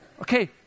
Okay